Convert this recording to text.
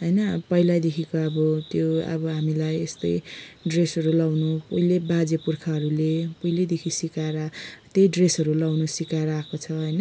होइन पहिल्यैदेखिको अब त्यो अब त्यो हामीलाई यस्तै ड्रेसहरू लगाउनु उहिले बाजे पुर्खाहरूले उहिलेदेखि सिकाएर त्यही ड्रेसहरू लगाउन सिकाएर आएको छ होइन